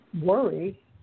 worry